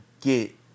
get